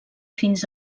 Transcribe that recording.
fins